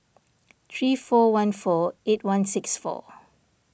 three four one four eight one six four